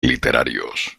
literarios